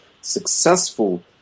successful